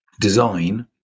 design